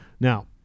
now